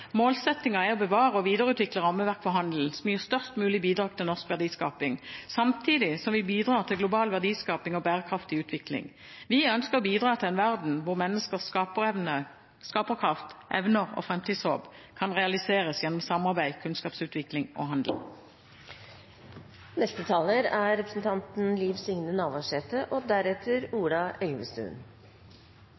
er å bevare og videreutvikle rammeverk for handel som gir størst mulig bidrag til norsk verdiskaping, samtidig som vi bidrar til global verdiskaping og bærekraftig utvikling. Vi ønsker å bidra til en verden hvor menneskers skaperkraft, evner og framtidshåp kan realiseres gjennom samarbeid, kunnskapsutvikling og handel. I utgreiinga si teikna utanriksministeren eit breitt bilete. Han snakka både om positive og